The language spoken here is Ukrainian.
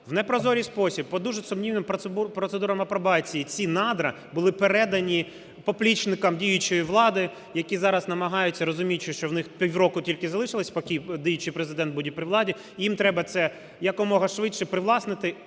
в непрозорий спосіб по дуже сумнівним процедурам апробації ці надра були передані поплічникам діючої влади, які зараз намагаються розуміти, що в них півроку тільки залишилось, поки діючий Президент буде при владі, їм треба це якомога швидше привласнити,